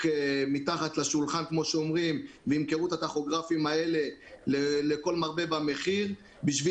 מתחת לשולחן וימכרו את הטכוגרפים האלה לכל מרבה במחיר בשביל